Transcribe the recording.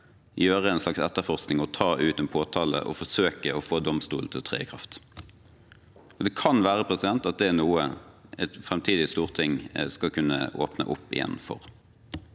gjøre en slags etterforskning, ta ut påtale og forsøke å få domstolen til å tre i kraft. Det kan være at det er noe et framtidig storting skal kunne åpne opp for